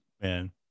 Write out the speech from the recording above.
man